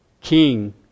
king